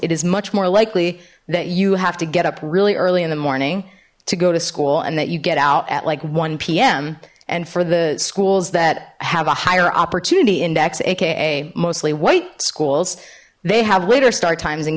it is much more likely that you have to get up really early in the morning to go to school and that you get out at like p m and for the schools that have a higher opportunity index aka mostly white schools they have later start times and